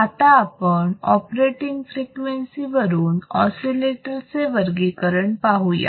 आता आपण operating frequency वरून ऑसिलेटर चे वर्गीकरण पाहूया